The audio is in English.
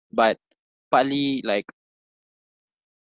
but partly like